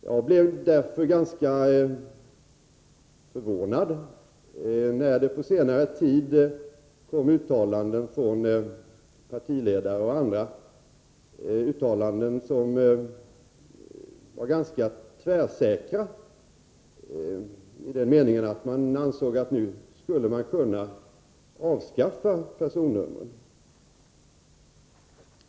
Jag blev därför tämligen förvånad när det för en tid sedan från partiledare och andra kom ganska tvärsäkra uttalanden om att personnumren nu skulle kunna avskaffas.